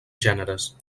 gèneres